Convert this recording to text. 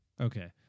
Okay